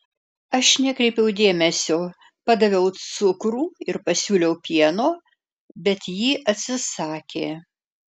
aš nekreipiau dėmesio padaviau cukrų ir pasiūliau pieno bet ji atsisakė